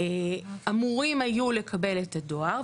משמעית אמורים היו לקבל את הדואר,